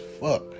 fuck